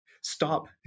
stop